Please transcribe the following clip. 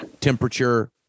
temperature